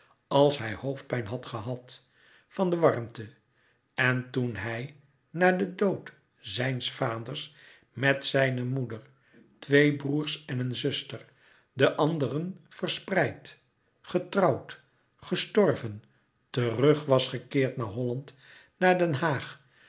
als hij hoofdpijn had gehad van de warmte en toen hij na den dood zijns vaders met zijne moeder twee broêrs en een zuster de anderen verspreid getrouwd gestorven terug was gekeerd naar holland naar den haag